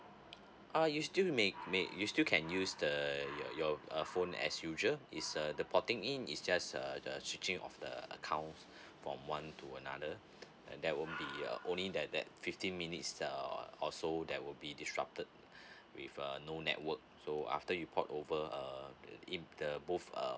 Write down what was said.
uh you still may may you still can use the the your your uh phone as usual is uh the potting in is just the the switching of the account from one to another there will be only that that fifteen minutes err or so that will be disrupted with uh no network so after you port over err in the both uh